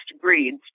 breeds